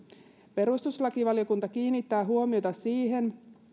perustuslakivaliokunta kiinnittää huomiota siihen